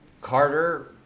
Carter